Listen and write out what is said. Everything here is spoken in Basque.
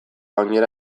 oinera